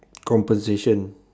compensation